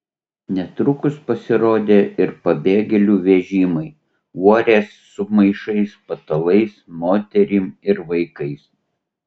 netrukus pasirodė ir pabėgėlių vežimai uorės su maišais patalais moterim ir vaikais